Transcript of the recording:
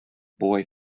boy